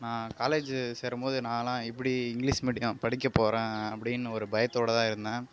நான் காலேஜில் சேரும்போது நாலாம் எப்படி இங்கிலீஷ் மிடியம் படிக்கப் போகிறன் அப்படினு ஒரு பயத்தோடு தான் இருந்தேன்